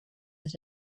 that